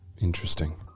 Interesting